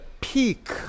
peak